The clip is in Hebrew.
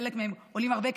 חלק מהם עולים הרבה כסף,